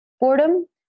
boredom